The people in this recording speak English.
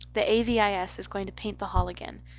the a v i s. is going to paint the hall again.